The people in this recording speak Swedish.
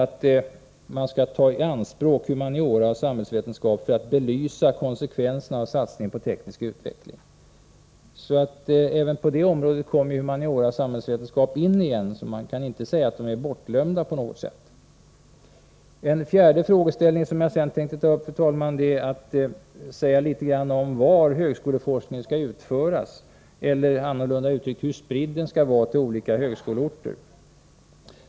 Vidare sägs att forskningen skall tas i anspråk för att belysa konsekvenserna av satsningen på teknisk utveckling. Även här kommer således humaniora och samhällsvetenskap in i bilden, och man kan därför inte säga att de på något sätt är bortglömda. En fjärde frågeställning som jag vill ta upp, fru talman, gäller var högskoleforskning skall utföras eller — annorlunda uttryckt — hur spridd den skall vara till olika högskoleorter.